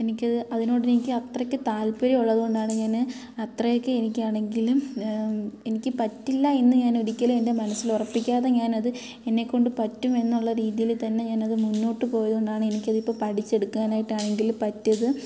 എനിക്ക് അത് അതിനോട് എനിക്ക് അത്രക്ക് താല്പര്യമുള്ളത് കൊണ്ടാണ് ഞാൻ അത്രയൊക്കെ എനിക്കാണെങ്കിലും എനിക്ക് പറ്റില്ല എന്ന് ഞാൻ ഒരിക്കലും എൻ്റെ മനസ്സിൽ ഉറപ്പിക്കാതെ ഞാൻ അത് എന്നെകൊണ്ട് പറ്റും എന്നുള്ള രീതിയിൽ തന്നെ ഞാൻ അത് മുന്നോട്ട് പോയത് കൊണ്ടാണ് എനിക്കത് ഇപ്പോൾ പഠിച്ചെടുക്കാനായിട്ടാണെങ്കിലും പറ്റിയത്